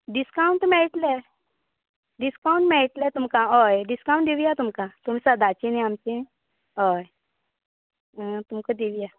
discount मेळटले discount मेळटले तुमकां हय डिस्काऊंट दिवया तुमकां तुमी सदाची नी आमची हय तुमकां दिवयां